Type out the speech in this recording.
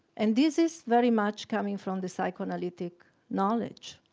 and this is very much coming from the psychoanalytic knowledge.